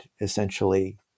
essentially